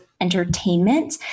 entertainment